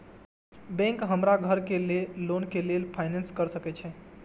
Bank हमरा घर loan के लेल फाईनांस कर सके छे?